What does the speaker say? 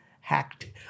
hacked